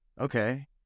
okay